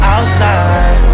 Outside